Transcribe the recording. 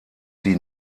die